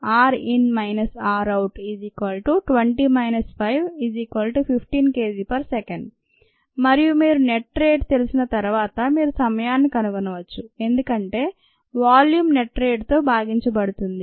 rnet rin - rout 20 - 5 15 Kg s 1 మరియు మీరు net rate తెలిసిన తరువాత మీరు సమయాన్ని కనుగొనవచ్చు ఎందుకంటే వాల్యూం నెట్ రేట్ తో భాగించబడుతుంది